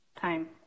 time